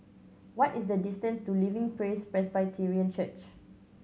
what is the distance to Living Praise Presbyterian Church